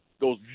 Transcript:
goes